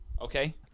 Okay